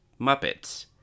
muppets